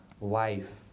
life